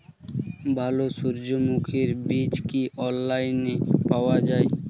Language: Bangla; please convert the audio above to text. ভালো সূর্যমুখির বীজ কি অনলাইনে পাওয়া যায়?